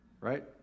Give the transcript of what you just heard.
Right